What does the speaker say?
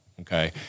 okay